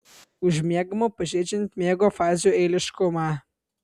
užmiegama pažeidžiant miego fazių eiliškumą